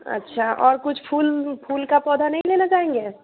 अच्छा और कुछ फूल फूल का पौधा नहीं लेना चाहेंगे